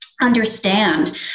understand